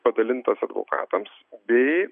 padalintas advokatams bei